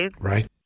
Right